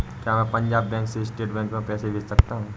क्या मैं पंजाब बैंक से स्टेट बैंक में पैसे भेज सकता हूँ?